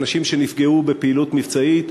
אנשים שנפגעו בפעילות מבצעית,